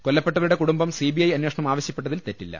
കൊല്ലപ്പെട്ടവരുടെ കുടുംബം സിബിഐ അന്വേഷണം ആവശ്യപ്പെട്ടതിൽ തെറ്റില്ല